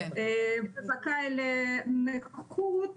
זכאי לנכות,